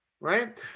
Right